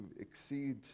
exceed